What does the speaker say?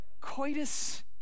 coitus